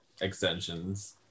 extensions